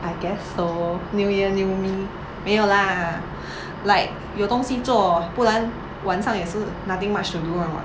I guess so new year new me 没有 lah like 有东西做不然晚上也是 nothing much to do [one] [what]